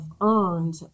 earned